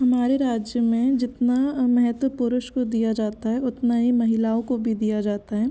हमारे राज्य में जितना महत्व पुरुष को दिया जाता है उतना ही महिलाओं को भी दिया जाता है